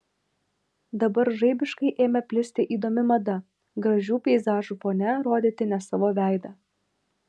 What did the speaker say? dabar žaibiškai ėmė plisti įdomi mada gražių peizažų fone rodyti ne savo veidą